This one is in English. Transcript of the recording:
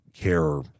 care